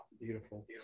beautiful